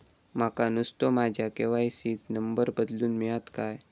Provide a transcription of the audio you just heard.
माका नुस्तो माझ्या के.वाय.सी त नंबर बदलून मिलात काय?